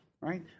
right